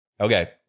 Okay